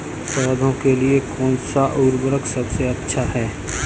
पौधों के लिए कौन सा उर्वरक सबसे अच्छा है?